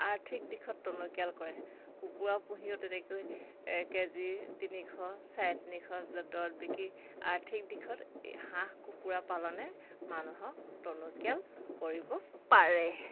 আৰ্থিক দিশত টনকিয়াল কৰে কুকুৰা পুহিও তেনেকৈ কে জি তিনিশ চাৰে তিনিশ দৰত বিক্ৰী আৰ্থিক দিশত এই হাঁহ কুকুৰা পালনে মানুহক টনকিয়াল কৰিব পাৰে